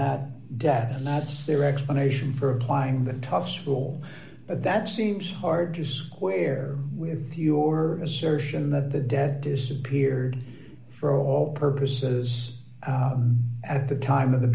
that debt and that's their explanation for applying the toss for all but that seems hard to square with your assertion that the debt disappeared for all purposes at the time of the